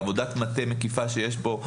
בעבודת מטה מקיפה שיש פה,